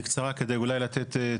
בקצרה, אולי כדי לתת,